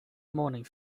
morning